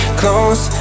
close